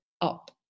up